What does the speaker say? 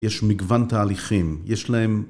יש מגוון תהליכים, יש להם...